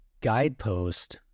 guidepost